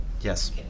Yes